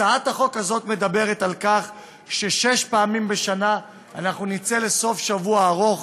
הצעת החוק הזאת מדברת על כך ששש פעמים בשנה אנחנו נצא לסוף שבוע ארוך,